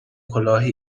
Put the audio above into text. کلاه